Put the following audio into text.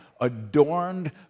adorned